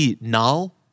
Null